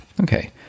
Okay